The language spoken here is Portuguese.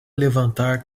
levantar